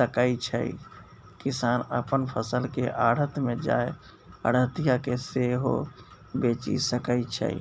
सकै छै